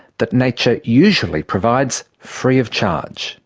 that nature usually provides free of charge